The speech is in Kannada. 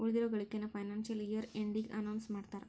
ಉಳಿದಿರೋ ಗಳಿಕೆನ ಫೈನಾನ್ಸಿಯಲ್ ಇಯರ್ ಎಂಡಿಗೆ ಅನೌನ್ಸ್ ಮಾಡ್ತಾರಾ